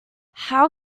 how